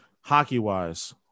Hockey-wise